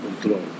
control